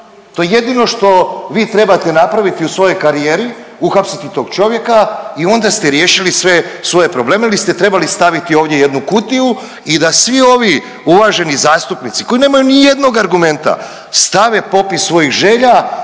To je jedino što vi trebate napraviti u svojoj karijeri, uhapsiti tog čovjeka i onda ste riješili sve svoje probleme ili ste trebali staviti ovdje jednu kutiju i da svi ovi uvaženi zastupnici koji nemaju nijednog argumenta stave popis svojih želja